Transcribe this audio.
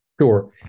Sure